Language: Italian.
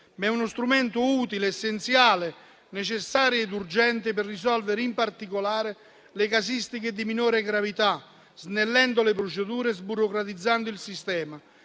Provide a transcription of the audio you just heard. uno strumento utile, essenziale, necessario ed urgente per risolvere in particolare le casistiche di minore gravità, snellendo le procedure e sburocratizzando il sistema,